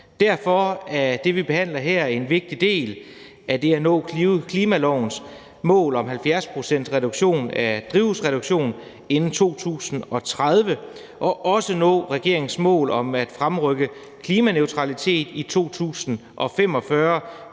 derfor er det, vi behandler her, en vigtig del af det at nå klimalovens mål om 70 procents reduktion af drivhusgasser inden 2030 og også nå regeringens mål om at fremrykke klimaneutralitet i 2045